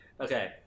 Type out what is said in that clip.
Okay